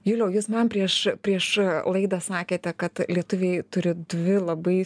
juliau jūs man prieš prieš laidą sakėte kad lietuviai turi dvi labai